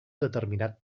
determinat